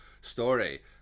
story